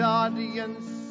audience